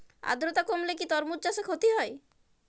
আদ্রর্তা কমলে কি তরমুজ চাষে ক্ষতি হয়?